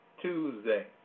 Tuesday